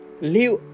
leave